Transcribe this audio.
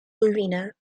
ruïne